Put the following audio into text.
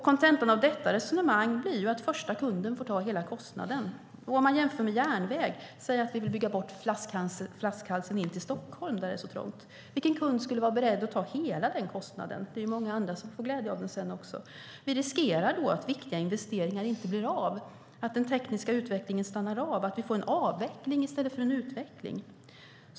Kontentan av detta resonemang blir att första kunden får ta hela kostnaden. Vi kan jämföra med järnväg. Säg att vi vill bygga bort flaskhalsen in till Stockholm där det är så trångt. Vilken kund skulle vara beredd att ta hela den kostnaden? Det är ju många andra som också får glädje av den. Vi riskerar på det här sättet att viktiga investeringar inte blir av, att den tekniska utvecklingen stannar av och att vi får avveckling i stället för en utveckling.